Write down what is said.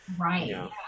Right